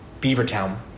Beavertown